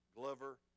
Glover